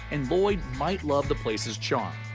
and lloyd might love the place's charm.